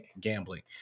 gambling